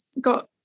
got